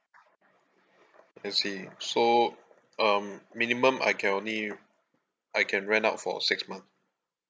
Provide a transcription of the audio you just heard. I see so um minimum I can only I can rent out for six month